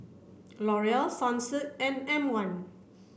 L'Oreal Sunsilk and M one